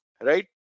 right